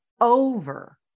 over